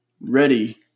ready